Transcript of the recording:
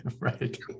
Right